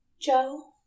Joe